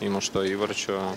įmušto įvarčio